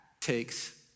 takes